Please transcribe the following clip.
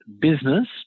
business